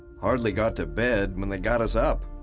hardly got to bed when they got us up.